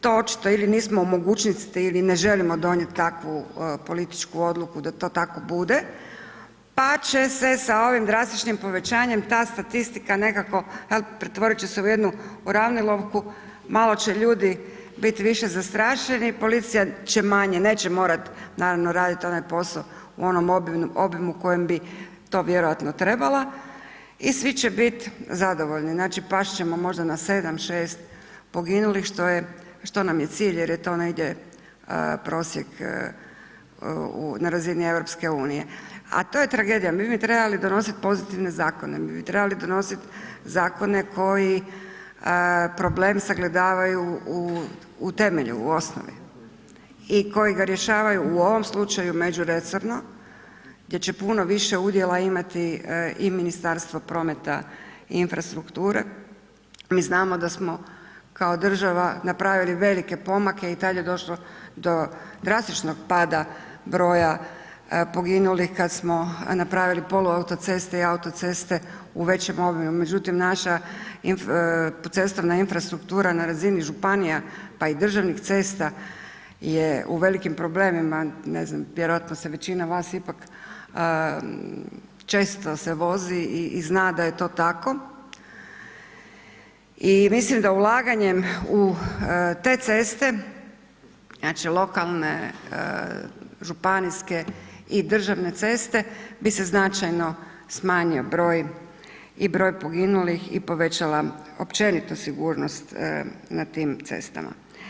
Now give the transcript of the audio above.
To očito ili nismo u mogućnosti ili ne želimo donijeti takvu političku odluku da to tako bude, pa će se sa ovim drastičnim povećanjem ta statistika nekako, pretvorit će se u jednu ravnilovku, malo će ljudi bit više zastrašeni, policija će manje, neće morat naravno radit onaj posao u onom obimu u kojem bi to vjerojatno trebala i svi će bit zadovoljni, znači past ćemo možda na sedam, šest poginulih, što nam je cilj jer je to negdje prosjek na razini EU, a to je tragedija, mi bi trebali donosit pozitivne zakone, mi bi trebali donosit zakone koji problem sagledavaju u temelju, u osnovi i koji ga rješavaju u ovom slučaju međuresorno gdje će puno više udjela imati i Ministarstvo prometa i infrastrukture, mi znamo da smo kao država napravili velike pomake i tad je došlo do drastičnog pada broja poginulih kad smo napravili poluautoceste i autoceste u većem obimu, međutim naša cestovna infrastruktura na razini županija pa i državnih cesta je u velikim problemima, ne znam vjerojatno se većina vas često se vozi i zna da je to tako i mislim da ulaganjem u te ceste, znači lokalne, županijske i državne ceste bi se značajno smanjio broj i broj poginulih i povećala općenito sigurnost na tim cestama.